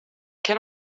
can